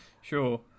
Sure